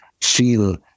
feel